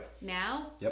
now